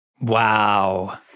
Wow